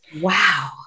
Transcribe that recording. Wow